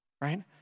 right